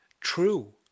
true